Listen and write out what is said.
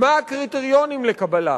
מהם הקריטריונים לקבלה,